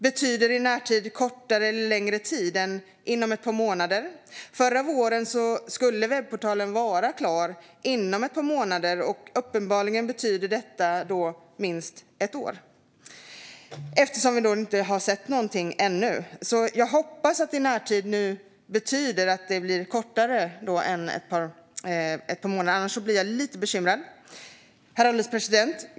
Betyder i närtid kortare eller längre tid än inom ett par månader? Förra våren skulle webbportalen vara klar inom ett par månader. Uppenbarligen betyder detta minst ett år eftersom vi ännu inte sett något. Jag hoppas att i närtid nu betyder kortare än förra årets ett par månader. Annars blir jag lite bekymrad. Herr ålderspresident!